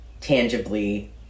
tangibly